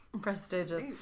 prestigious